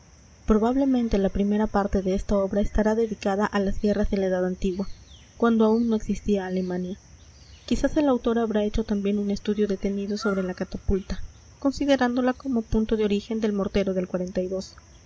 probablemente la primera parte de esta obra estará dedicada a las guerras de la edad antigua cuando aun no existía alemania quizás el autor habrá hecho también un estudio detenido sobre la catapulta considerándola como punto de origen del mortero del y